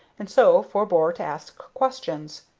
and so forbore to ask questions.